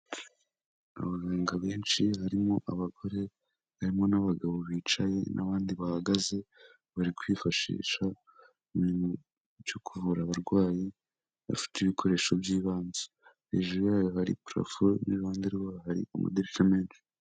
Abaganga benshi barimo abagore, barimo n'abagabo bicaye n'abandi bahagaze bari kwifashisha uu byo kuvura abarwayi bafite ibikoresho by'ibanze, hejuru yayo hari parafo n'iruhande rwabo hari amadirishya menshi.